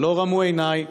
ולא רמו עיני,